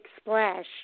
splash